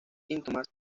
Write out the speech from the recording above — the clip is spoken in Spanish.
síntomas